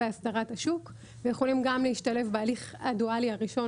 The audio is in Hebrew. באסדרת השוק וגם בהליך הדואלי הראשון,